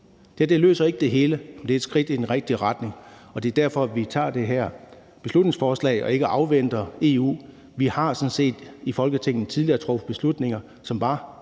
Det her løser ikke det hele, men det er et skridt i den rigtige retning, og det er derfor, vi tager har fremsat det her beslutningsforslag og ikke afventer EU. Vi har sådan set i Folketinget tidligere